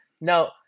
Now